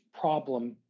problem